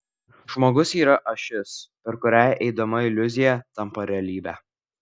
žmogus yra ašis per kurią eidama iliuzija tampa realybe